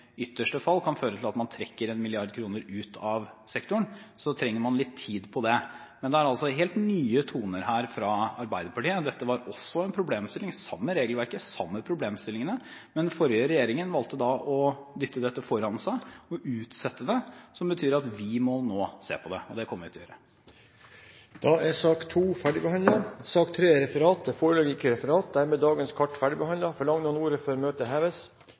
ytterste fall kan føre til at man trekker 1 mrd. kr ut av sektoren, trenger man litt tid på det. Men dette er altså helt nye toner fra Arbeiderpartiet. Dette var også tidligere en problemstilling – det samme regelverket, de samme problemstillingene – men den forrige regjeringen valgte å dytte dette foran seg og utsette det, som betyr at vi nå må se på det, og det kommer vi til å gjøre. Det foreligger ikke noe referat. Dermed er dagens kart ferdigbehandlet. Forlanger noen ordet før møtet heves?